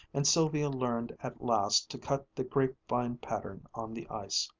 and sylvia learned at last to cut the grapevine pattern on the ice.